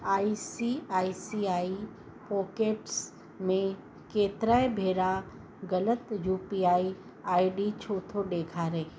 I C I C I pockets में केतिरा ई भेरा ग़लति यूपीआई आई डी छो थो ॾेखारे